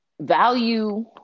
value